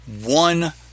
One